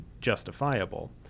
justifiable